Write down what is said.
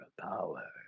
power